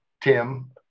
Tim